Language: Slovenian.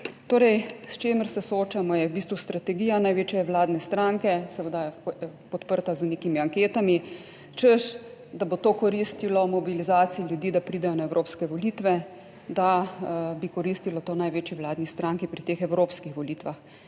Torej, s čimer se soočamo, je v bistvu strategija največje vladne stranke, seveda je podprta z nekimi anketami, češ, da bo to koristilo mobilizaciji ljudi, da pridejo na evropske volitve, da bi koristilo to največji vladni stranki. Pri teh evropskih volitvah